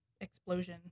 explosion